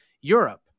Europe